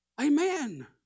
Amen